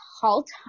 halt